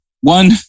one